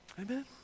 Amen